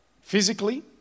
physically